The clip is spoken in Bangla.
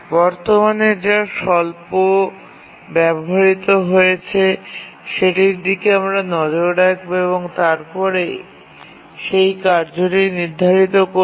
বর্তমানে যা স্বল্প ব্যবহৃত হয়েছে সেটির দিকে আমরা নজর রাখব এবং তারপরে সেই কার্যটি নির্ধারিত করব